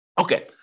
Okay